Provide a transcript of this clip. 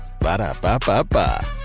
Ba-da-ba-ba-ba